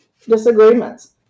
disagreements